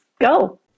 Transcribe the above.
go